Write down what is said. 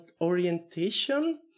orientation